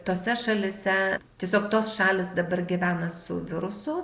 tose šalyse tiesiog tos šalys dabar gyvena su virusu